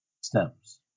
Stems